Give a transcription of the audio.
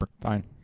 Fine